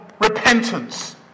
repentance